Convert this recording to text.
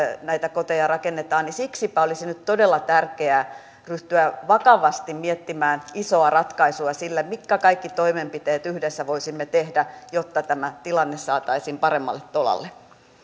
näitä koteja rakennetaan siksipä olisi nyt todella tärkeää ryhtyä vakavasti miettimään isoa ratkaisua sille mitkä kaikki toimenpiteet yhdessä voisimme tehdä jotta tämä tilanne saataisiin paremmalle tolalle